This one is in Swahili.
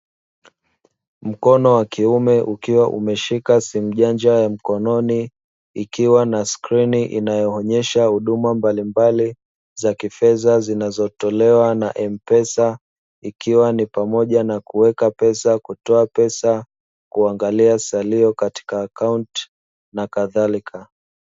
Mkono wa kiume ukiwa umeshika simu janja ya mkononi, ikiwa na skrini inayoonyesha huduma mbalimbali za kifedha zinazotolewa na M-pesa, ikiwa ni pamoja na kuweka pesa, kutoa pesa na kuangalia salio katika akaunti, nakadhalika.